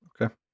Okay